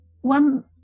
one